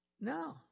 No